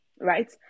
right